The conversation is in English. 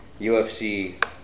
UFC